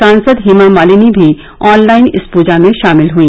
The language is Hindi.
सांसद हेमा मालिनी भी ऑनलाइन इस पूजा में शामिल हुई